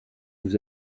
vous